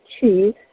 cheese